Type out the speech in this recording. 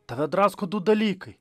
tave drasko du dalykai